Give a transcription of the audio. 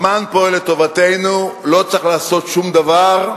הזמן פועל לטובתנו, לא צריך לעשות שום דבר,